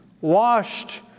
washed